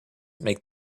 make